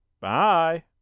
bye